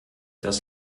das